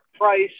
price